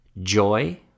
Joy